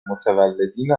متولدین